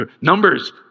numbers